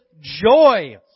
joy